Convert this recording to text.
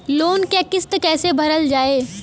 Loan क किस्त कैसे भरल जाए?